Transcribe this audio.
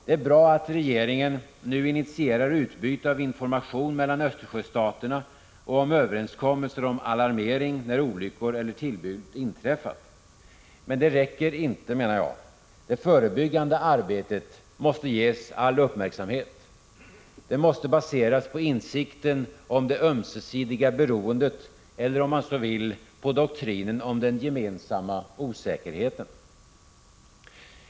Det är bra att regeringen nu initierar utbyte av information mellan Östersjöstaterna och överenskommelser om alarmering när olyckor eller tillbud inträffat. Men det räcker inte. Det förebyggande arbetet måste ges all uppmärksamhet. Det måste baseras på insikten om det ömsesidiga beroen 17 det eller, om man så vill, på doktrinen om den gemensamma osäkerheten.